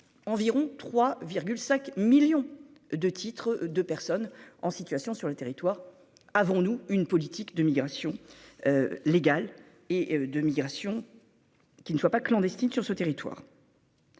environ 3,5 millions de titres de personnes en situation sur le territoire, avons-nous une politique de migration légale et de migration qui ne soit pas clandestine sur ce territoire.